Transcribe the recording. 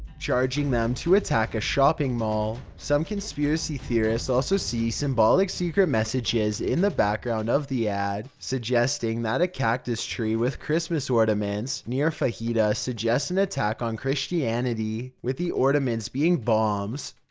charging them to attack a shopping mall. some conspiracy theorists also see symbolic secret messages in the background of the ad, suggesting that a cactus-tree with christmas ornaments near fahita suggest an attack on christianity, with the ornaments being bombs.